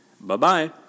Bye-bye